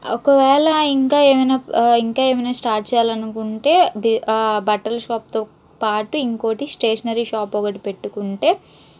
ఒకవేళ ఇంకా ఏమైనా ఇంకా ఏమైనా స్టార్ట్ చేయాలనుకుంటే ఆ బట్టల షాప్తో పాటు ఇంకోటి స్టేషనరీ షాప్ ఒకటి పెట్టుకుంటే